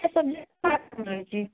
ସେ ତ ଫାଷ୍ଟରୁ ରହିଛି